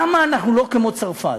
למה אנחנו לא כמו צרפת?